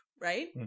right